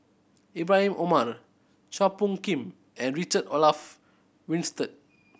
Ibrahim Omar Chua Phung Kim and Richard Olaf Winstedt